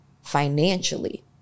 financially